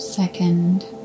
second